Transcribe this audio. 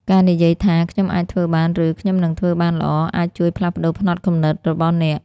ការនិយាយថា "ខ្ញុំអាចធ្វើបាន" ឬ "ខ្ញុំនឹងធ្វើបានល្អ" អាចជួយផ្លាស់ប្តូរផ្នត់គំនិតរបស់អ្នក។